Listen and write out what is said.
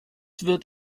wird